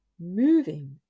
moving